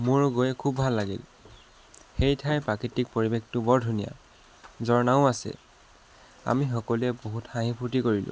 মোৰো গৈ খুব ভাল লাগিল সেই ঠাইৰ প্ৰাকৃতিক পৰিৱেশটো বৰ ধুনীয়া ঝৰ্ণাও আছে আমি সকলোৱে বহুত হাঁহি ফুৰ্ত্তি কৰিলোঁ